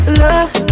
love